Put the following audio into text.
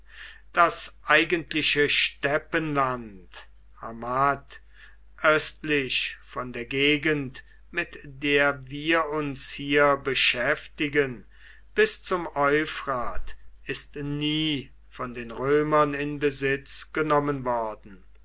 das eigentliche steppenland hamd östlich von der gegend mit der wir uns hier beschäftigen bis zum euphrat ist nie von den römern in besitz genommen worden